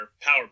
power